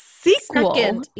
sequel